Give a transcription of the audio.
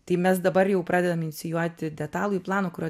tai mes dabar jau pradedam inicijuoti detalųjį planą kurio